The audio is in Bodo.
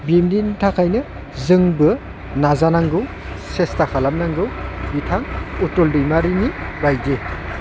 बिनि थाखायनो जोंबो नाजानांगौ सेसथा खालामनांगौ बिथां उथुल दैमारिनि बायदि